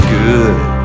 good